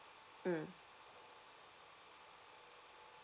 mm